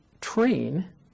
train